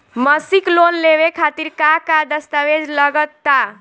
मसीक लोन लेवे खातिर का का दास्तावेज लग ता?